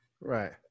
right